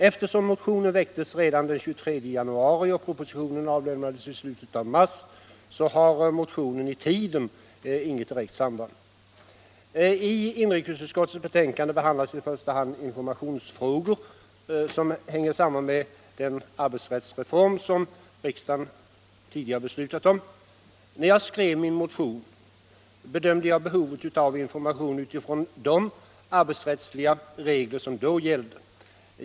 Eftersom motionen väcktes redan den 23 januari och propositionen avlämnades i slutet av mars, har de i tiden inget direkt samband med varandra. I inrikesutskottets betänkande behandlas i första hand informationsfrågor som hänger samman med den arbetsrättsreform som riksdagen just har beslutat om. När jag skrev min motion bedömde jag behovet av information utifrån de arbetsrättsliga regler som då gällde.